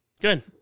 Good